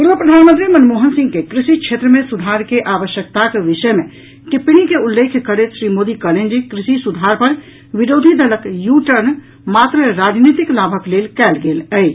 पूर्व प्रधानमंत्री मनमोहन सिंह के कृषि क्षेत्र मे सुधार के आवश्यकताक विषय मे टिप्पणी के उल्लेख करैत श्री मोदी कहलनि जे कृषि सुधार पर विरोधी दलक यू टर्न मात्र राजनीतिक लाभक लेल कयल गेल अछि